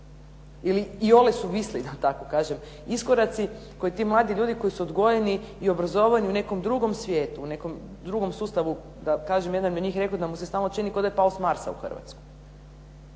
iole suvisli iskoraci koje ti mladi ljudi koji su odgojeni i obrazovani u nekom drugom svijetu, u nekom drugom sustavu, da kažem jedan od njih je rekao da mu se stalno čini kao da je pao s Marsa u Hrvatsku,